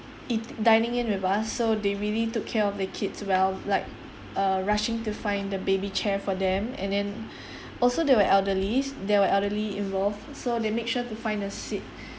it dining in with us so they really took care of the kids well like uh rushing to find the baby chair for them and then also there were elderlies there were elderly involve so they make sure to find a seat